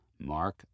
Mark